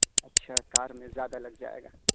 اچھا کار میں زیادہ لگ جائے گا